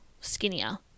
skinnier